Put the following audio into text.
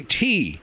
tea